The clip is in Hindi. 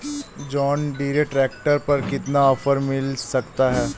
जॉन डीरे ट्रैक्टर पर कितना ऑफर मिल सकता है?